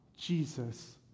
Jesus